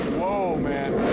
whoa, man.